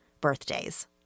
birthdays